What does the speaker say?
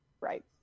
Right